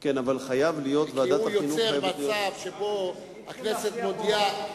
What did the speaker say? כי הוא יוצר מצב שבו הכנסת מודיעה,